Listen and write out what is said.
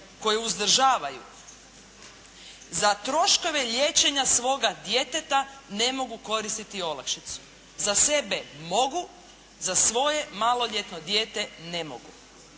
koje uzdržavaju, za troškove liječenja svoga djeteta ne mogu koristiti olakšicu. Za sebe mogu, za svoje maloljetno dijete ne mogu.